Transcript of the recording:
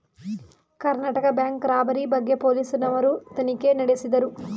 Karnataka bank robbery ಬಗ್ಗೆ police ನವರು ತನಿಖೆ ನಡೆಸಿದರು